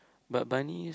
but bunny